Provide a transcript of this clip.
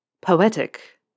Poetic